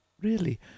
Really